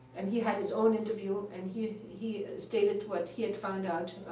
and he had his own interview and he he stated what he had found out,